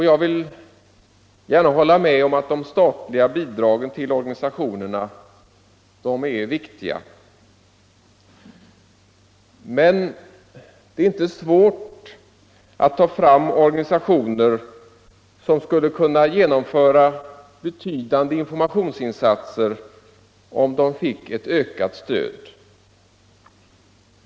Jag vill gärna hålla med om att de statliga bidragen till organisationerna är viktiga. Men det är inte svårt att peka på organisationer som skulle kunna genomföra betydande informationsinsatser, om de fick ett ökat stöd.